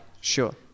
sure